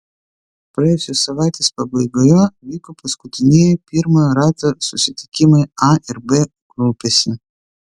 praėjusios savaitės pabaigoje vyko paskutinieji pirmojo rato susitikimai a ir b grupėse